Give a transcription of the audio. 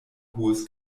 hohes